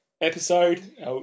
episode